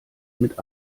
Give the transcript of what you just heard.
mit